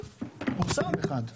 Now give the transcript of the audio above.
פורסם מקרה אחד.